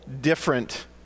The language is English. different